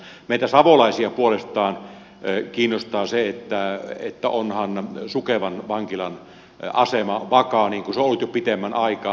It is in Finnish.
meitä savolaisia puolestaan kiinnostaa se että onhan sukevan vankilan asema vakaa niin kuin se on ollut jo pitemmän aikaa